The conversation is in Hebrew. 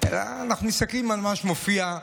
אלא אנחנו מסתכלים על מה שמופיע.